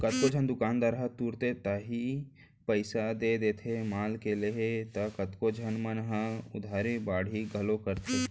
कतको झन दुकानदार ह तुरते ताही पइसा दे देथे माल ल लेके त कतको झन मन ह उधारी बाड़ही घलौ करथे